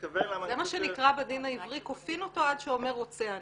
זה מה שנקרא בדין העברי: כופים אותו עד שאומר רוצה אני.